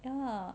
ya